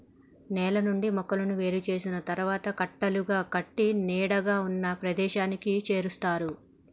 నేల నుండి మొక్కలను ఏరు చేసిన తరువాత కట్టలుగా కట్టి నీడగా ఉన్న ప్రదేశానికి చేరుస్తారు